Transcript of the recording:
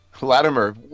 Latimer